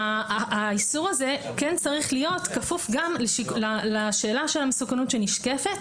האיסור הזה כן צריך להיות כפוף גם לשאלה של המסוכנות שנשקפת